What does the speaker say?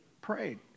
prayed